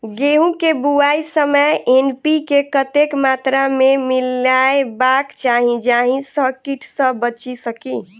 गेंहूँ केँ बुआई समय एन.पी.के कतेक मात्रा मे मिलायबाक चाहि जाहि सँ कीट सँ बचि सकी?